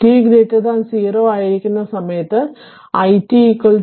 t 0 ആയിരിക്കുന്ന സമയത്തു it 0